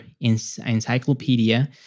encyclopedia